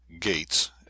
gates